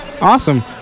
Awesome